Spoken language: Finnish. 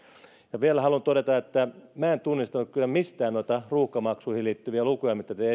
ja vielä haluan todeta että en tunnistanut kyllä mistään noita ruuhkamaksuihin liittyviä lukuja mitkä te